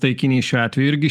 taikinys šiuo atveju irgi